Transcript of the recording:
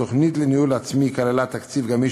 התוכנית לניהול עצמי כללה תקציב גמיש